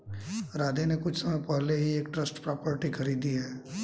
राधे ने कुछ समय पहले ही एक ट्रस्ट प्रॉपर्टी खरीदी है